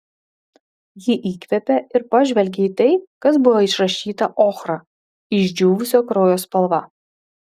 ji įkvėpė ir pažvelgė į tai kas buvo išrašyta ochra išdžiūvusio kraujo spalva